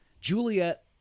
Juliet